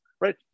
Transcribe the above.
right